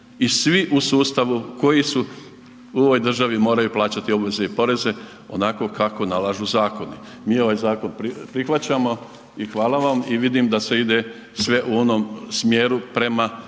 I svi u sustavu koji su u ovoj državi moraju plaćati obveze i poreze onako kako nalažu zakoni. Mi ovaj zakon prihvaćamo i hvala vam i vidim da se ide sve u onom smjeru prema